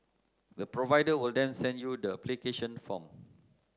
the provider will then send you the application form